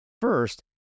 first